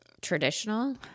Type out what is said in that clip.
traditional